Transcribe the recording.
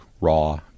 raw